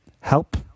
help